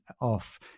off